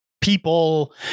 people